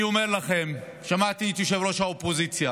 אני אומר לכם, שמעתי את ראש האופוזיציה